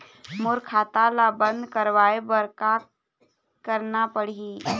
मोर खाता ला बंद करवाए बर का करना पड़ही?